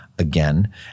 again